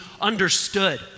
understood